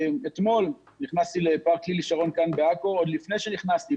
אתמול נכנסתי לפארק לילי שרון בעכו ועוד לפני שנכנסתי,